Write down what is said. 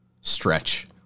stretch